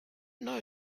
know